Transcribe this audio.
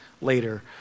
later